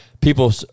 people